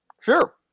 Sure